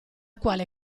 quale